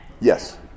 Yes